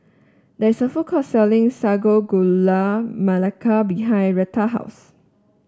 there is a food court selling Sago Gula Melaka behind Rheta's house